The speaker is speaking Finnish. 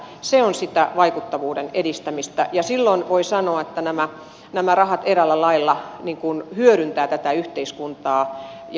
se on sitä vaikuttavuuden edistämistä ja silloin voi sanoa että nämä rahat eräällä lailla hyödyttävät tätä yhteiskuntaa ja ihmisiä